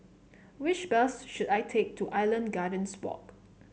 which bus should I take to Island Gardens Walk